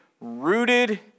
rooted